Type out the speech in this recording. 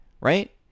right